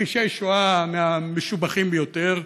מכחישי שואה מה"משובחים" ביותר,